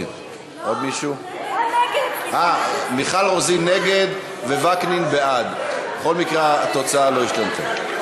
עברה בקריאה טרומית ותעבור לוועדת הכלכלה להכנתה לקריאה